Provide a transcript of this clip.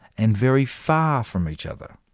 and very far from each other.